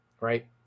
right